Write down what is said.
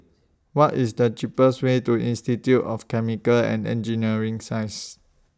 What IS The cheapest Way to Institute of Chemical and Engineering Sciences